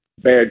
bad